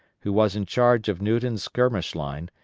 who was in charge of newton's skirmish line,